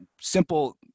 simple